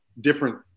different